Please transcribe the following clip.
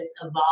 evolve